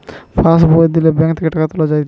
pass বই দিলে bank থেকে টাকা তুলা যায়েটে